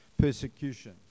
persecution